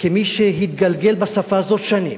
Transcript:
כמי שהתגלגל בשפה הזאת שנים,